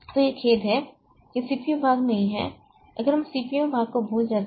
तो यह खेद है यह सी पी यू भाग नहीं है अगर हम सी पी यू भाग को भूल जाते हैं